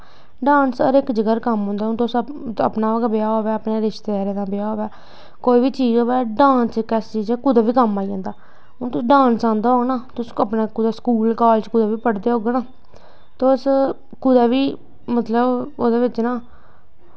dance हर इक जगह् पर कम्म औंदा हून तुस अपना गै ब्याह् होऐ अपने गै रिश्तेदारें दा ब्याह् होऐ कोई बी चीज़ होऐ डांस इक ऐसी चीज़ ऐ कुदै बी कम्म आई जंदा हून तुसें ई डांस आंदा होऐ ना अपने स्कूल कालेज़ कुदै बी पढ़दे होगे ना तुस कुदै बी मतलब ओह्दे बिच्च ना